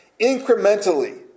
incrementally